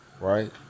Right